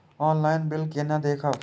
Online bill केना देखब?